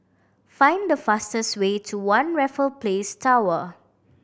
find the fastest way to One Raffle Place Tower